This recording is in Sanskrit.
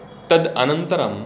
तद् अनन्तरम्